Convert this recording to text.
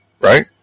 right